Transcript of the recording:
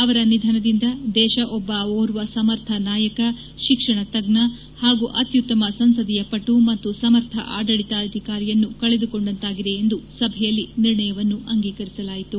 ಅವರ ನಿಧನದಿಂದ ದೇಶ ಒಬ್ಬ ಓರ್ವ ಸಮರ್ಥ ನಾಯಕ ಶಿಕ್ಷಣ ತಜ್ಞ ಹಾಗೂ ಅತ್ಯುತ್ತಮ ಸಂಸದೀಯ ಪಟು ಮತ್ತು ಸಮರ್ಥ ಆದಳಿತಾಧಿಕಾರಿಯನ್ನು ಕಳೆದುಕೊಂಡಾಂತಾಗಿದೆ ಎಂದು ಸಭೆಯಲ್ಲಿ ನಿರ್ಣಯವನ್ನು ಅಂಗೀಕರಿಸಲಾಯಿತು